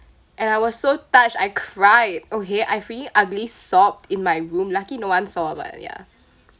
and I was so touched I cried okay I freaking ugly sobbed in my room lucky no one saw but ya